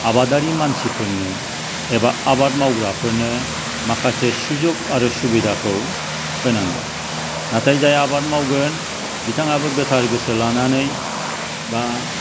आबादारि मानसिफोरनो एबा आबाद मावग्राफोरनो माखासे सुजुग आरो सुबिदाखौ होनांगौ नाथाय जाय आबाद मावगोन बिथाङाबो गोथार गोसो लानानै बा